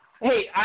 Hey